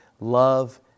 Love